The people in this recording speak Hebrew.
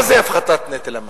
מה זה הפחתת נטל המס?